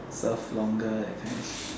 serve longer that kind